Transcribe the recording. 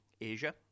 Asia